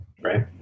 right